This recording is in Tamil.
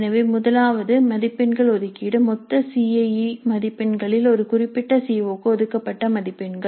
எனவே முதலாவது மதிப்பெண்கள் ஒதுக்கீடு மொத்த சி ஐ இ மதிப்பெண்களில் ஒரு குறிப்பிட்ட சி ஓ க்கு ஒதுக்கப்பட்ட மதிப்பெண்கள்